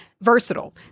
versatile